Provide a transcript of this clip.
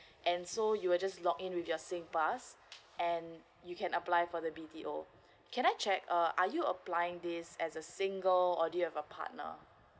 and so you will just log in with your singpass and you can apply for the B_T_O can I check uh are you applying this as a single or do you have a partner